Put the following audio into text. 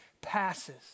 passes